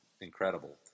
incredible